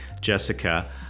Jessica